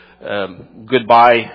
goodbye